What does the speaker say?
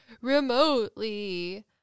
remotely